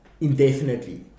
indefinitely